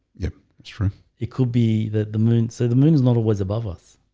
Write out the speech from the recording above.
yep it's from it could be that the moon so the moon is not always above us